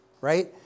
right